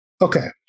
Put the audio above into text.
Okay